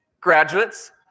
graduates